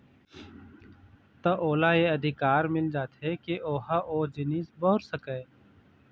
त ओला ये अधिकार मिल जाथे के ओहा ओ जिनिस बउर सकय